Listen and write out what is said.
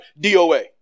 DOA